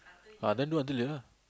ah then do until there lah